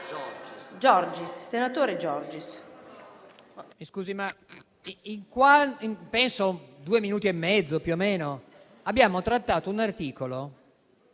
senatore Giorgis